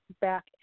back